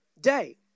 day